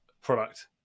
product